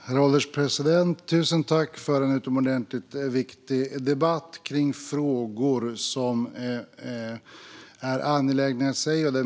Herr ålderspresident! Tusen tack för en utomordentligt viktig debatt kring frågor som är angelägna i sig!